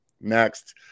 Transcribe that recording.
next